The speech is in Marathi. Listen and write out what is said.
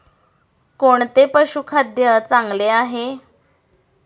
कोणते पशुखाद्य चांगले आहे?